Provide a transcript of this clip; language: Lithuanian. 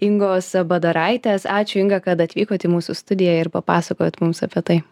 ingos badaraitės ačiū inga kad atvykot į mūsų studiją ir papasakojot mums apie tai